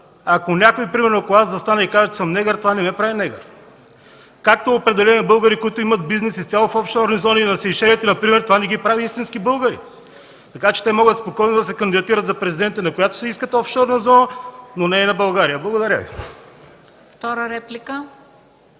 и господа, ако застана и кажа, че съм негър, това не ме прави негър, както определени българи, които имат бизнес изцяло в офшорни зони, на Сейшелите например, това не ги прави истински българи, така че те могат спокойно да се кандидатират за президенти, на която си искат офшорна зона, но не и на България. Благодаря Ви.